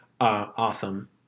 awesome